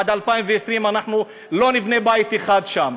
עד 2020 אנחנו לא נבנה בית אחד שם.